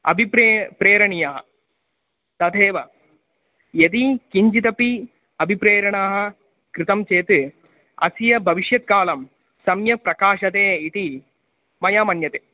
अभिप्रेरणं प्रेरणीयः तथैव यदि किञ्चिदपि अभिप्रेरणा कृता चेत् अस्य भविष्यत्काले सम्यक् प्रकाशते इति मया मन्यते